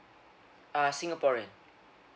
uh singaporean